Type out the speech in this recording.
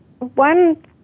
One